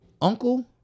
uncle